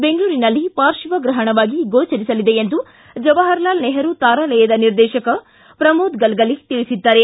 ಬೆಂಗಳೂರಿನಲ್ಲಿ ಪಾರ್ಶ್ವ ಗ್ರಹಣವಾಗಿ ಗೋಚರಿಸಲಿದೆ ಎಂದು ಜವಾಹಾರಲಾಲ್ ನೆಹರೂ ತಾರಾಲಯದ ನಿರ್ದೇಶಕ ಪ್ರಮೋದ ಗಲಗಲಿ ತಿಳಿಸಿದ್ದಾರೆ